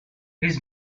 his